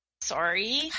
Sorry